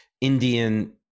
Indian